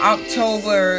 October